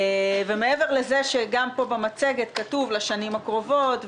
ומעבר לזה שגם פה במצגת כתוב: לשנים הקרובות,